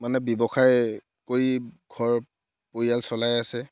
মানে ব্যৱসায় কৰি ঘৰ পৰিয়াল চলাই আছে